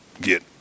get